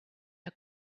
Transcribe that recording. her